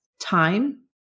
Time